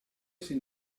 sin